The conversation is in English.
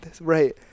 Right